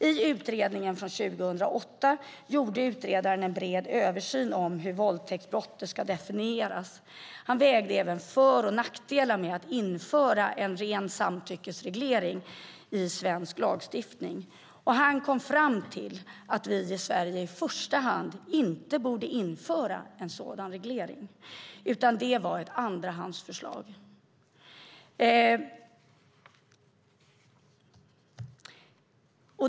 I utredningen från 2008 gjorde utredaren en bred översyn om hur våldtäktsbrottet ska definieras. Han vägde även för och nackdelar med att införa en ren samtyckesreglering i svensk lagstiftning. Han kom fram till att vi i Sverige inte i första hand borde införa en sådan reglering, utan det var ett andrahandsförslag.